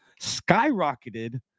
skyrocketed